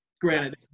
granted